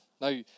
Now